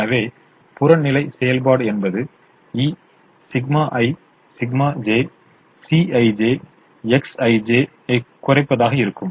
எனவே புறநிலை செயல்பாடு என்பது ∑i ∑j Cij Xij ஐக் குறைப்பதாக இருக்கும்